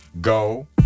Go